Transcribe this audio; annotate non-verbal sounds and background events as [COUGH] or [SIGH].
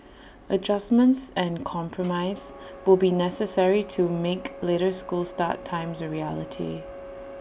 [NOISE] adjustments and compromise will be necessary to make later school start times A reality